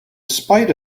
spite